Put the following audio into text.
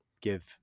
give